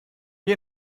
die